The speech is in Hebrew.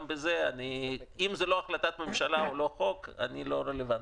אם זאת לא החלטת ממשלה או לא חוק אני לא רלוונטי.